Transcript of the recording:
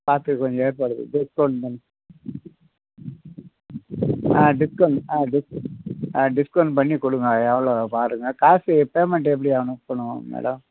பார்த்து கொஞ்சம் ஏற்பாடு இது டிஸ்கவுண்ட் பண்ணி ஆ டிஸ்கவுண்ட் ஆ ஆ டிஸ்கவுண்ட் பண்ணி கொடுங்க எவ்வளோ பாருங்கள் காசு பேமெண்ட்டு எப்படி அனுப்பணும் மேடம்